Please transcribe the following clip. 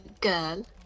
girl